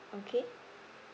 okay